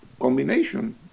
combination